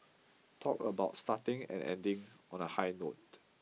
talk about starting and ending on a high note